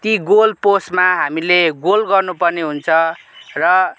ती गोल पोस्टमा हामीले गोल गर्नु पर्ने हुन्छ र